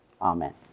Amen